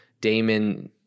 Damon